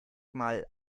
mal